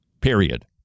period